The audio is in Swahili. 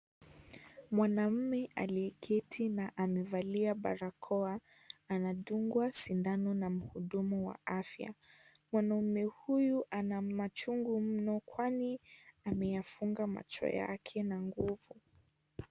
Mwanamume aliyeketi na amevalia barakoa, anadungwa sindano na mhudumu wa afya. Mwanaume huyu ana machungu mno kwani ameyafunga macho yake na nguvu.